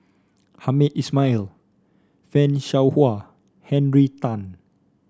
Hamed Ismail Fan Shao Hua Henry Tan